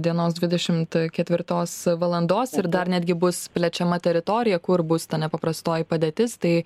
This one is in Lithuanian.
dienos dvidešimt ketivrtos valandos ir dar netgi bus plečiama teritorija kur bus ta nepaprastoji padėtis tai